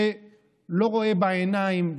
שלא רואה בעיניים,